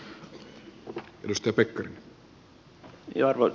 arvoisa puhemies